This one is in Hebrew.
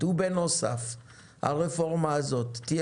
כפי שביקש משרד התקשורת אנחנו נאפשר הארכה בתקופה אחת של שישה